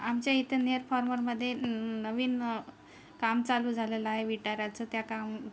आमच्या इथे नेरफॉर्मरमध्ये न नवीन काम चालू झालेलं आहे विटाराचं त्या काम